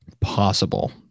possible